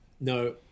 No